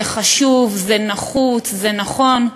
זה חשוב, זה נחוץ, זה נכון,